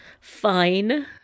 fine